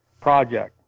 project